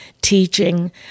teaching